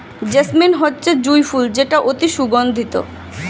jasmine হচ্ছে জুঁই ফুল যেটা অতি সুগন্ধিত